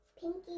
Pinky